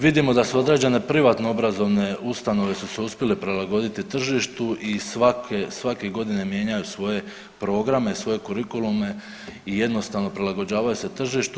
Vidimo da su određene privatne obrazovne ustanove su se uspjele prilagoditi tržištu i svake, svake godine mijenjaju svoje programe, svoje kurikulume i jednostavno prilagođavaju se tržištu.